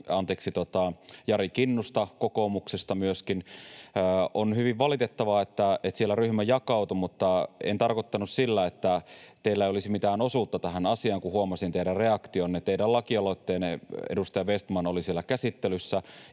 ja Jari Kinnusta kokoomuksesta myöskin. On hyvin valitettavaa, että siellä ryhmä jakautui, mutta en tarkoittanut sillä, että teillä ei olisi mitään osuutta tähän asiaan, kun huomasin teidän reaktionne. Teidän lakialoitteenne, edustaja Vestman, oli siellä käsittelyssä,